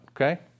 Okay